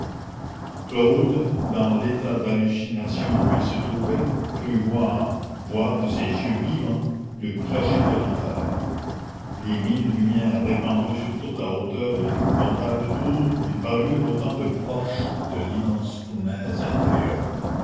claude dans l'état d'hallucination où il se trouvait crut voir voir de ses yeux vivants le clocher de l'enfer les mille lumières répandues sur toute la hauteur de l'épouvantable tour lui parurent autant de porches de l'immense fournaise intérieure